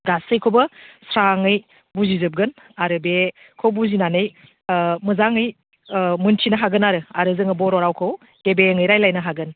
गासैखौबो स्राङै बुजिजोबगोन आरो बेखौ बुजिनानै मोजाङै मिन्थिनो हागोन आरो जोङो बर' रावखौ गेबेङै रायज्लायनो हागोन